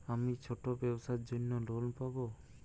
আমি ছোট ব্যবসার জন্য লোন পাব?